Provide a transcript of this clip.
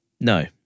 No